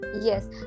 Yes